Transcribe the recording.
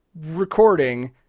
recording